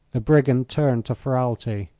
the brigand turned to ferralti.